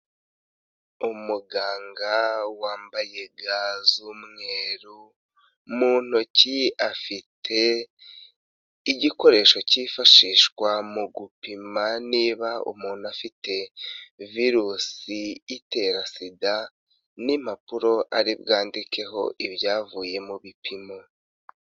Umuganga wambaye ga z'umweru mu ntoki afite igikoresho kifashishwa mu gupima niba umuntu afite virusi itera sida n'impapuro ari bwandikeho ibyavuye mu bipimo.